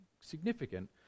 significant